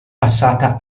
passata